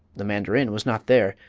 the mandarin was not there,